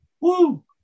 woo